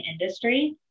industry